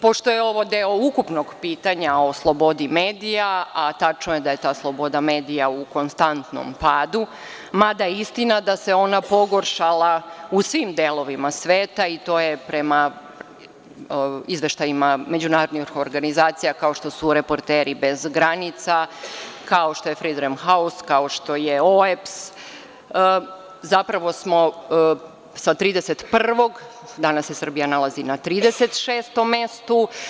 Pošto je ovo deo ukupnog pitanja o slobodi medija, a tačno je da je ta sloboda medija u konstantnom padu, mada je istina da se ona pogoršala u svim delovima sveta, i to je prema izveštajima međunarodnih organizacija kao što su Reporteri bez granica, kao što je „Fridom haus“, kao što je OEBS, zapravo se sa 31.danas Srbija nalazi na 36. mestu.